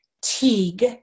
Teague